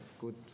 good